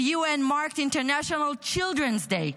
the UN marked International Children's Day,